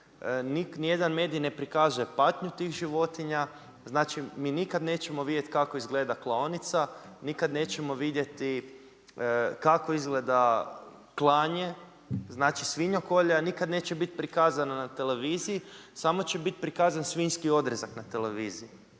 nijedan medij ne prikazuje patnju tih životinja mi nećemo nikada vidjet kako izgleda klaonica, nikada nećemo vidjeti kako izgleda klanje, znači svinjokolja nikada neće biti prikazana na televiziji, samo će biti prikazan svinjski odrezak na televiziji.